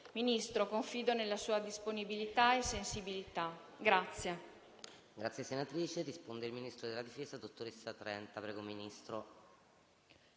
Ministro, confido nella sua disponibilità e sensibilità.